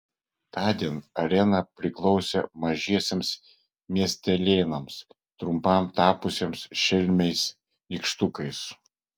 tądien arena priklausė mažiesiems miestelėnams trumpam tapusiems šelmiais nykštukais